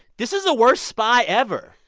this is the worst spy ever.